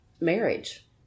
marriage